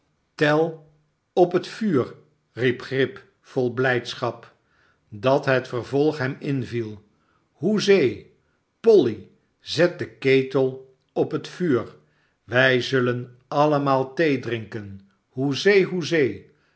tel op het vuur riep grip vol blijdschap dat het vervolg hem in viel hoezee polly zet de ketel op het vuur wij zullen allemaal thee drinken hoezee hoezee